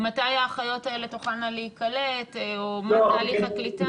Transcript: מתי האחיות תוכלנה להיקלט או מה תהליך הקליטה?